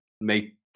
make